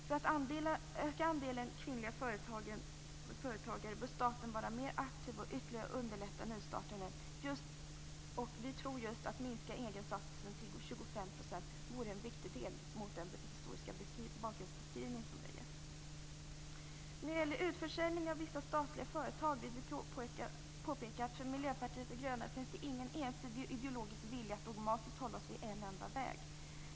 För att öka andelen kvinnliga företagare bör staten vara mer aktiv och ytterligare underlätta nystartande. Vi tror just att en minskning av egeninsatsen till 25 % vore ett viktigt delmål - mot bakgrund av den historiska beskrivning som har getts. När det gäller utförsäljning av vissa statliga företag vill vi påpeka att för Miljöpartiet de gröna finns ingen ensidig ideologisk vilja att dogmatiskt hålla oss vid en enda väg.